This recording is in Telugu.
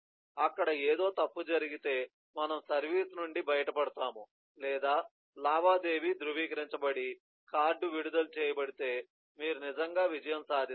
అక్కడ ఏదో తప్పు జరిగితే మనము సర్వీస్ నుండి బయటపడతాము లేదా లావాదేవీ ధృవీకరించబడి కార్డు విడుదల చేయబడితే మీరు నిజంగా విజయం సాధిస్తారు